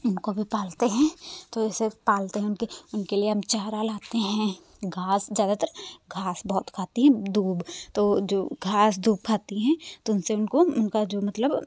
उनको भी पालते हैं तो ऐसे पालते हैं उनके उनके लिए हम चारा लाते हैं घास ज़्यादातर घास बहुत खाती है दूब तो जो घास दूब खाती हैं तो उनसे उनको उनका जो मतलब